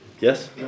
Yes